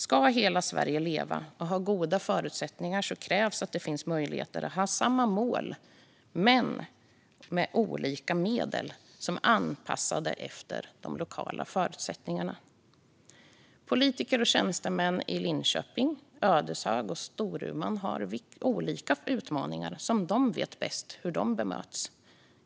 Ska hela Sverige leva och ha goda förutsättningar krävs det att det finns möjligheter att ha samma mål med olika medel som är anpassade efter de lokala förutsättningarna. Politiker och tjänstemän i Linköping, Ödeshög och Storuman har olika utmaningar, och de vet bäst hur de bemöts.